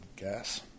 gas